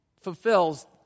fulfills